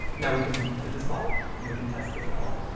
now we can fit this model, and we can test this model.